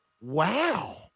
wow